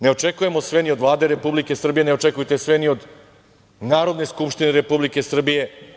Ne očekujemo sve ni od Vlade Republike Srbije, ne očekujte sve ni od Narodne skupštine Republike Srbije.